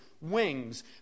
Wings